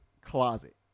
closet